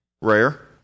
Rare